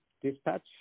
dispatch